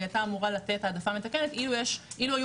היא היתה אמורה לתת העדפה מתקנת אילו היו